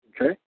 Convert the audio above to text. Okay